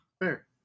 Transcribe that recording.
Fair